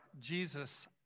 Jesus